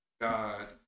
God